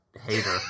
hater